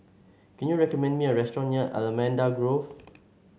can you recommend me a restaurant near Allamanda Grove